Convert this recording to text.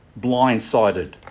blindsided